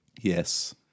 Yes